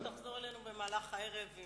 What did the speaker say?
אני בטוחה שתחזור אלינו במהלך הערב.